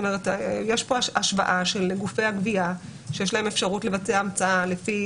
יש כאן השוואה של גופי הגבייה שיש להם אפשרות לבצע המצאה לפי